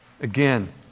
Again